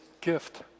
gift